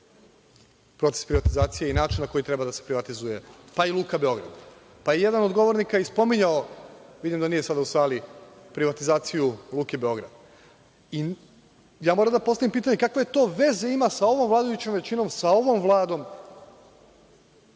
proces privatizacije i način na koji treba da se privatizuje, pa i Luka Beograd. Jedan od govornika je spominjao, vidim da sad nije u sali, privatizaciju Luke Beograd i ja moram da postavim pitanje kakve to veze ima sa ovom vladajućom većinom, sa ovom Vladom